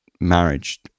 marriage